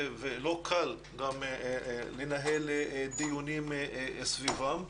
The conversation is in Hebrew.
ולא קל גם לנהל דיונים סביבם.